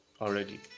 already